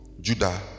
Judah